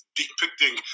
depicting